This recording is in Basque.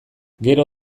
gero